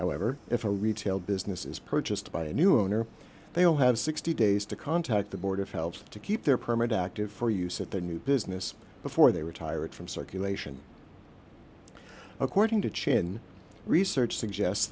however if a retail business is purchased by a new owner they will have sixty days to contact the board of health to keep their permit active for use at their new business before they retired from circulation according to chin research suggest